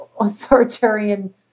authoritarian